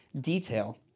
detail